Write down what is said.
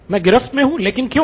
मैं गिरफ़्त में हूँ लेकिन क्यों